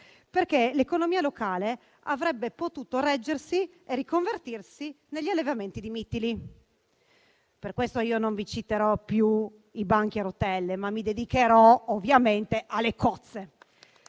perché l'economia locale avrebbe potuto reggersi e riconvertirsi negli allevamenti di mitili. Per questo io non vi citerò più i banchi a rotelle, ma mi dedicherò ovviamente alle cozze.